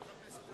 התשס”ט 2009,